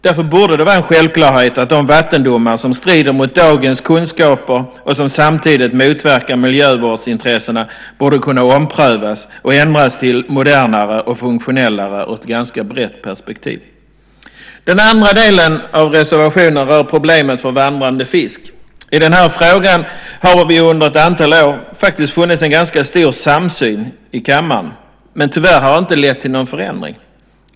Därför borde det vara en självklarhet att de vattendomar som strider mot dagens kunskaper och som samtidigt motverkar miljövårdsintressena borde kunna omprövas och ändras till modernare och funktionellare, ur ett ganska brett perspektiv. Den andra delen av reservationen rör problemen för vandrande fisk. I den här frågan har det under ett antal år faktiskt funnits en ganska stor samsyn i kammaren, men tyvärr har det inte lett till någon förändring.